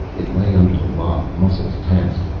it lay under the log, muscles tensed,